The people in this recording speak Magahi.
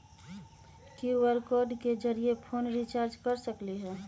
कियु.आर कोड के जरिय फोन रिचार्ज कर सकली ह?